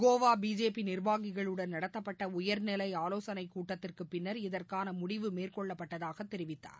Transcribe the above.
Goa BJP நிர்வாகிகளுடன் நடத்தப்பட்ட உயர்நிலை ஆலோசனைக் கூட்டத்திற்குப் பின்னர் இதற்கான முடிவு மேற்கொள்ளப்பட்டதாகத் தெரிவித்தார்